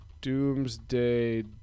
doomsday